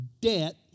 debt